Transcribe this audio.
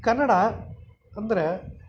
ಕನ್ನಡ ಅಂದರೆ